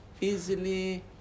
easily